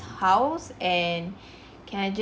someone's house and can I ju~